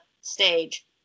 stage